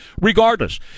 regardless